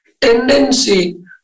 tendency